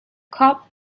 cop